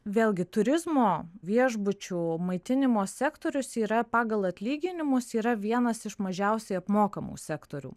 vėlgi turizmo viešbučių maitinimo sektorius yra pagal atlyginimus yra vienas iš mažiausiai apmokamų sektorių